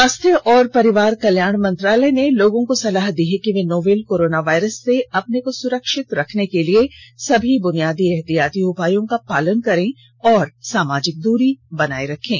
स्वास्थ्य और परिवार कल्याण मंत्रालय ने लोगों को सलाह दी है कि वे नोवल कोरोना वायरस से अपने को सुरक्षित रखने के लिए सभी बुनियादी एहतियाती उपायों का पालन करें और सामाजिक दूरी बनाए रखें